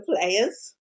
players